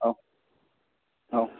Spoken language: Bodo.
औ औ